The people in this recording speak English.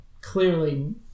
clearly